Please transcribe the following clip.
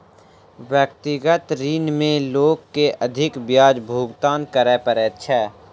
व्यक्तिगत ऋण में लोक के अधिक ब्याज भुगतान करय पड़ैत छै